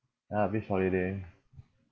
ah beach holiday